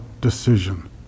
decision